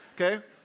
okay